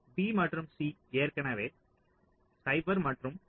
B மற்றும் C ஏற்கனவே 0 மற்றும் 0